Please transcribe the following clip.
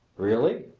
really!